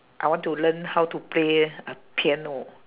I want to learn how to play a piano